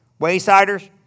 Waysiders